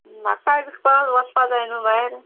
म्हाका विकपाक वचपा जाय न्हू भायर